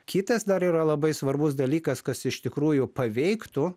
kitas dar yra labai svarbus dalykas kas iš tikrųjų paveiktų